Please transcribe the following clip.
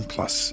Plus